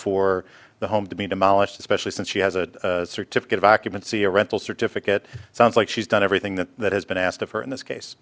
for the home to be demolished especially since she has a certificate of occupancy a rental certificate sounds like she's done everything that that has been asked of her in this case